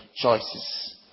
choices